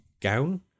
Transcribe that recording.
gown